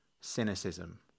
cynicism